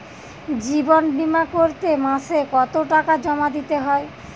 জীবন বিমা করতে মাসে কতো টাকা জমা দিতে হয়?